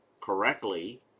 correctly